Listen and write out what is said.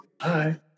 Hi